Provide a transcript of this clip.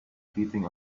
heating